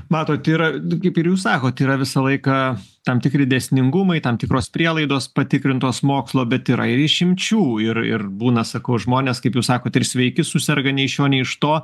matot yra kaip ir jūs sakot yra visą laiką tam tikri dėsningumai tam tikros prielaidos patikrintos mokslo bet yra ir išimčių ir ir būna sakau žmonės kaip jūs sakot ir sveiki suserga nei iš šio nei iš to